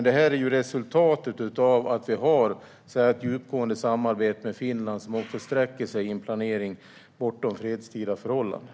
Det är resultatet av att vi har ett djupgående samarbete med Finland som sträcker sig i en planering också bortom fredstida förhållanden.